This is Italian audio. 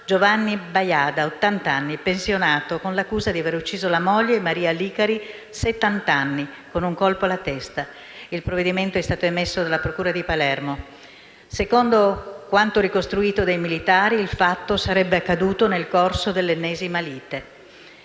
Giovanni Baiada, ottant'anni, pensionato, con l'accusa di avere ucciso la moglie, Maria Licari, settant'anni, con un colpo alla testa. Il provvedimento è stato emesso dalla procura di Palermo. Secondo quanto ricostruito dai militari, il fatto sarebbe accaduto nel corso dell'ennesima lite.